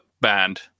band